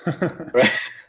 Right